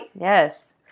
Yes